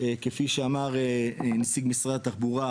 כפי שאמר נציג משרד התחבורה,